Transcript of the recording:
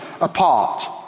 apart